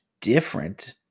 different